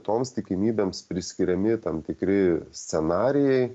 toms tikimybėms priskiriami tam tikri scenarijai